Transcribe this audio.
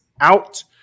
out